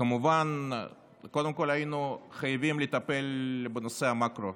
כמובן, קודם כול, היינו חייבים לטפל בנושאי המקרו,